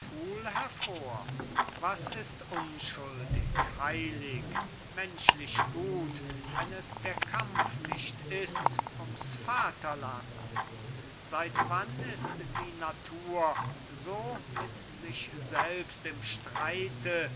hervor was ist unschuldig heilig menschlich gut wenn es der kampf nicht ist ums vaterland seit wann ist die natur so mit sich selbst im streite